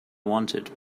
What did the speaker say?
wanted